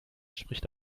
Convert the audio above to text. spricht